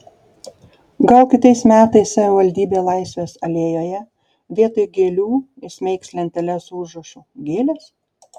gal kitais metais savivaldybė laisvės alėjoje vietoj gėlių įsmeigs lenteles su užrašu gėlės